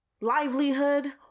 Livelihood